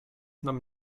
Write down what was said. nam